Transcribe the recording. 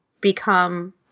become